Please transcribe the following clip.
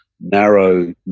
narrow